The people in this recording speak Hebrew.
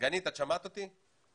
את שומעת אותי?